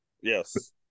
Yes